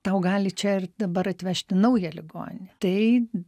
tau gali čia ir dabar atvežti naują ligonį tai